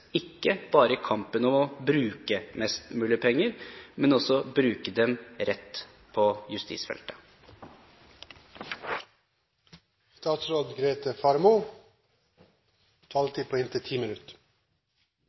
ikke bare i kampen om å bruke mest mulig penger, men også å bruke dem rett på